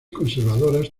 conservadoras